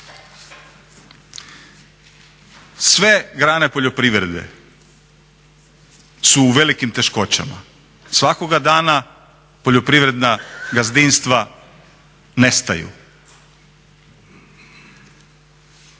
Sve grane poljoprivrede su u velikim teškoćama. Svakoga dana poljoprivredna gazdinstva nestaju.